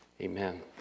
Amen